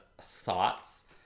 thoughts